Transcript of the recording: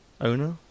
owner